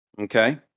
Okay